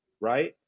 right